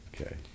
Okay